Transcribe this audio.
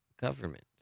government